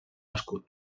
escut